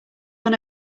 one